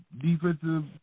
defensive